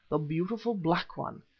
the beautiful black one,